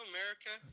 America